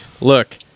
Look